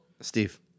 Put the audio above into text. Steve